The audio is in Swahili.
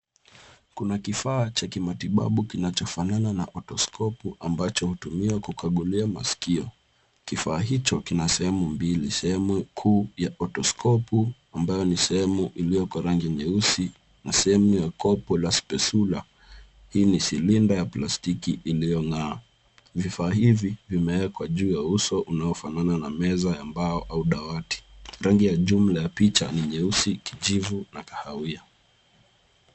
Kuna kifaa cha kimatibabu kinachofanana na Otoskopu ambacho hutumiwa kukagulia masikio. Kifaa hicho kina sehemu mbili; sehemu kuu ya Otoskopu ambayo ni sehemu iliyoko rangi nyeusi na sehemu ya kopo la spesula, hii ni silinda ya plastiki iliyong'aa. Vifaa hivi vimewekwa juu ya uso uliofanana na meza ya mbao au dawati. Rangi ya jumla ya picha ni nyeusi, kijivu na kahawia.